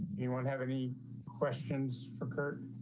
anyone have any questions for kurt